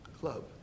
Club